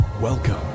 Welcome